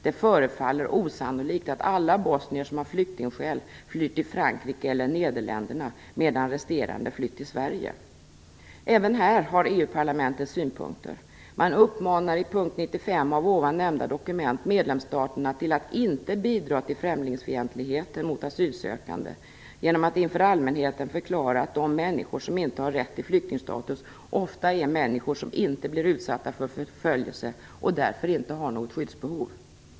Det förefaller osannolikt att alla bosnier som har flyktingskäl flyr till Frankrike eller Nederländerna medan resterande flytt till Sverige. Även här har EU-parlamentet synpunkter. Man uppmanar i punkt 95 av ovan nämnda dokument medlemsstaterna att inte bidra till främlingsfientlighet mot asylsökande genom att inför allmänheten förklara att de människor som inte har rätt till flyktingstatus ofta är människor som inte blir utsatta för förföljelse och därför inte har något skyddsbehov.